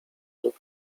lub